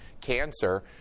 cancer